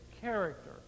character